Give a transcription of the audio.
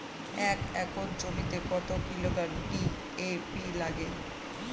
এক একর জমিতে কত কিলোগ্রাম ডি.এ.পি লাগে?